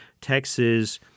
Texas